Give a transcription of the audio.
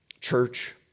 church